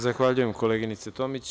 Zahvaljujem, koleginice Tomić.